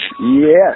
Yes